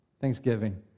Thanksgiving